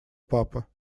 папа